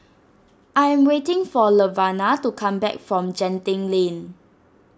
I am waiting for Laverna to come back from Genting Lane